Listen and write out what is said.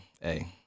Hey